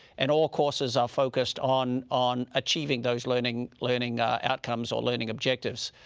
and all courses are focused on on achieving those learning learning outcomes or learning objectives.